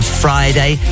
friday